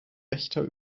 wächter